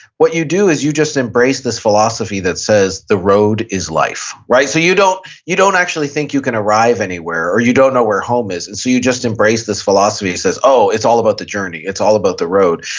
what you do is you just embrace this philosophy that says the road is life, right? so you don't you don't actually think you can arrive anywhere or you don't know where home is. you you just embrace this philosophy says, oh, it's all about the journey. it's all about the road.